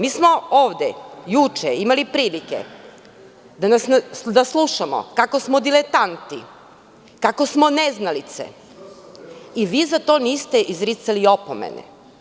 Ovde smo juče imali prilike da slušamo kako smo diletanti, kako smo neznalice i vi za to niste izricali opomenu.